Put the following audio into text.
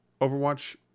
Overwatch